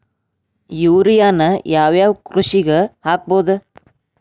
ಯೂರಿಯಾನ ಯಾವ್ ಯಾವ್ ಕೃಷಿಗ ಹಾಕ್ಬೋದ?